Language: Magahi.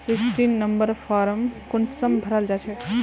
सिक्सटीन नंबर फारम कुंसम भराल जाछे?